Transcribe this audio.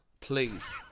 please